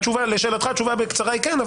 התשובה לשאלתך היא כן,